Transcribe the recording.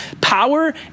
Power